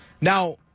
Now